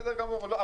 בסדר גמור.